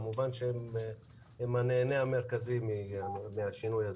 כמובן שהם הנהנים המרכזיים מהשינוי הזה.